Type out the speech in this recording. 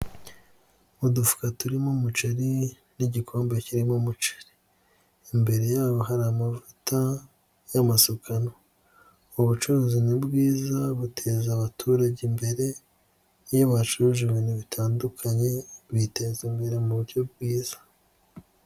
Udufura turimo umuceri n'igikombe kirimo umuceri, imbere yabo hari amavuta y'amasukano. Ubucuruzi ni bwiza buteza abaturage imbere, iyo bacuruje ibintu bitandukanye, biteza imbere mu buryo bwiza.